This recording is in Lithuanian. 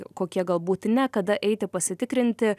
kokie galbūt ne kada eiti pasitikrinti